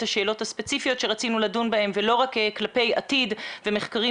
השאלות הספציפיות שרצינו לדון בהן ולא רק כלפי עתיד ומחקרים